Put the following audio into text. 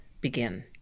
begin